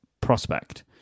prospect